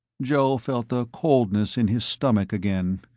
joe felt the coldness in his stomach again.